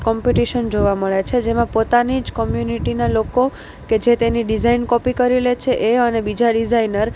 competition જોવા મળે છે જેમાં પોતાની જ કોમ્યુનિટીના લોકો કે જે તેની ડિઝાઇન કોપી કરી લે છે એ અને બીજા ડિઝાઇનર